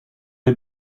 had